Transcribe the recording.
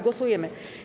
Głosujemy.